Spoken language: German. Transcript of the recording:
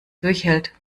durchhält